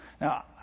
Now